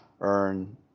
earn